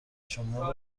شما